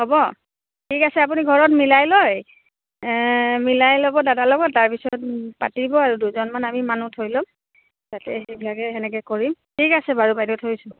হ'ব ঠিক আছে আপুনি ঘৰত মিলাই লয় মিলাই ল'ব দাদা লগত তাৰপিছত পাতিব আৰু দুজনমান আমি মানুহ থৈ ল'ম যাতে সেইবিলাকে সেনেকে কৰিম ঠিক আছে বাৰু বাইদেউ থৈছোঁ